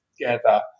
together